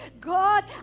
God